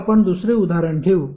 आता आपण दुसरे उदाहरण घेऊ